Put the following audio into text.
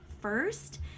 first